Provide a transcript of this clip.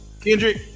Kendrick